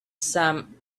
some